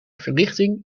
verlichting